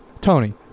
Tony